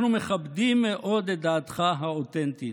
אנחנו מכבדים מאוד את דעתך האותנטית.